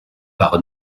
par